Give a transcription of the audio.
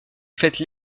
fête